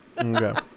Okay